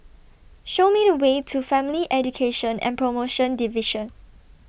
Show Me The Way to Family Education and promotion Division